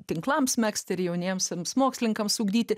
tinklams megzti ir jauniemsiems mokslininkams ugdyti